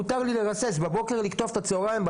מותר לי לרסס בבוקר, ולקטוף בצוהריים.